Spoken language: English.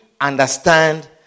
understand